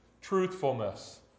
truthfulness